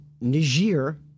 Niger